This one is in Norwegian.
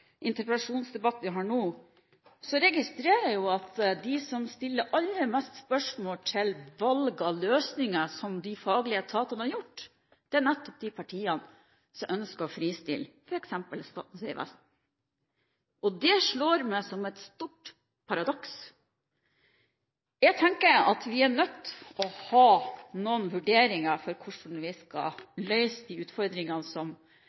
interpellasjonsdebatten vi har nå, registrerer jeg jo at de som stiller flest spørsmål om valg av løsninger som de faglige etatene har gjort, nettopp er de partiene som ønsker å fristille f.eks. Statens vegvesen. Det slår meg som et stort paradoks. Jeg tenker at vi er nødt til å ha noen vurderinger av hvordan vi skal løse de utfordringene som